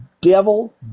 devil